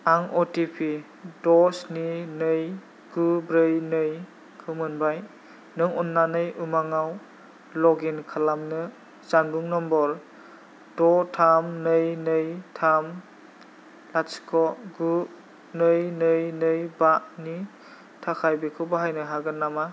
आं अटिपि द' स्नि नै गु ब्रै नैखौ मोनबाय नों अन्नानै उमांआव लगइन खालामनो जानबुं नम्बर द' थाम नै नै थाम लाथिख' गु नै नै नै बानि थाखाय बेखौ बाहायनो हागोन नामा